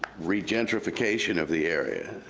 re-gentrification of the area.